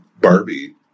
Barbie